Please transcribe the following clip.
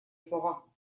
слова